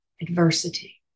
adversity